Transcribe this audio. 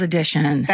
Edition